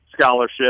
scholarship